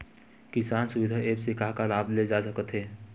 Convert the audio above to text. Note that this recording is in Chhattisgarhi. किसान सुविधा एप्प से का का लाभ ले जा सकत हे?